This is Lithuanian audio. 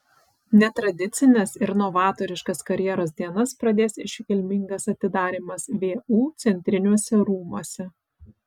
netradicines ir novatoriškas karjeros dienas pradės iškilmingas atidarymas vu centriniuose rūmuose